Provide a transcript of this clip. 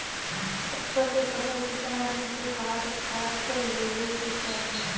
सरसो के फसल कितना दिन के बाद काट लेवे के चाही?